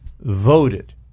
voted